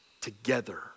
together